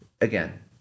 Again